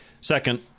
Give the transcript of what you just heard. second